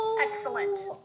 Excellent